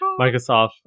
Microsoft